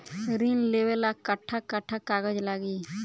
ऋण लेवेला कट्ठा कट्ठा कागज लागी?